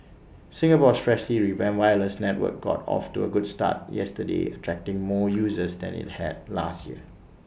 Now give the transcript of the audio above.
Singapore's freshly revamped wireless network got off to A good start yesterday attracting more users than IT had last year